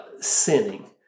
sinning